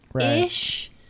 ish